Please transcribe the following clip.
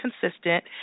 consistent